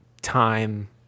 time